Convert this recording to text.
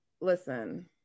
listen